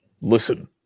listen